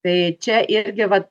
tai čia irgi vat